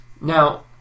Now